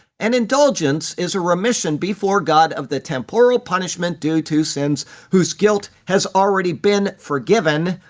and indulgence is a remission before god of the temporal punishment due to sins whose guilt has already been forgiven,